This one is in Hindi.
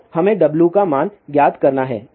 तो हमें W का मान ज्ञात करना है